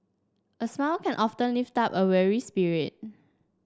a smile can often lift up a weary spirit